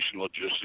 logistics